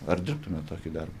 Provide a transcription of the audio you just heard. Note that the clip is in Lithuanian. ar dirbtumėt tokį darbą